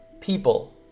people